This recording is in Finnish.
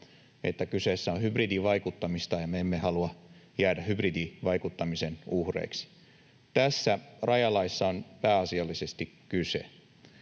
että kyseessä on hybridivaikuttaminen ja me emme halua jäädä hybridivaikuttamisen uhreiksi. Tästä rajalaissa on pääasiallisesti kyse,